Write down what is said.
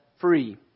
free